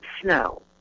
snow